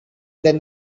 then